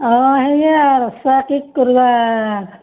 অঁ সেইয়া আৰু ৰচা কি কৰবা